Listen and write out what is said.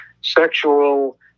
sexual